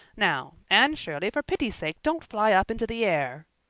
now, anne shirley, for pity's sake don't fly up into the air.